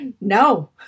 no